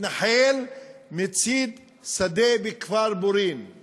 מתנחל מצית שדה בכפר בורין";